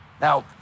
now